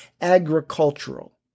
agricultural